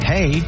Hey